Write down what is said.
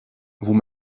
vous